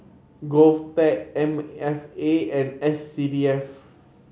GovTech M F A and S C D F